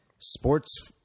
sports